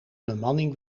bemanning